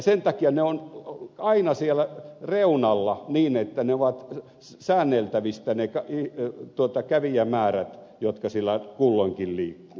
sen takia ne ovat aina siellä reunalla niin että ovat säänneltävissä ne kävijämäärät jotka siellä kulloinkin liikkuu